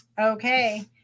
Okay